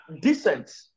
decent